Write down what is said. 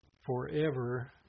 Forever